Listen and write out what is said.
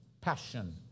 passion